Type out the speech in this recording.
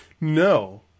No